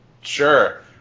Sure